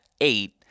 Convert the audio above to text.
eight